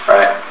Right